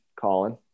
Colin